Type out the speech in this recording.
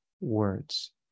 words